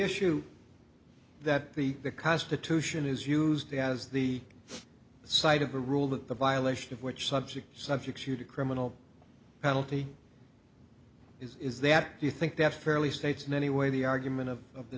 issue that the constitution is used as the site of the rule that the violation of which subject subjects you to criminal penalty is that you think that's fairly states in any way the argument of